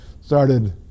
started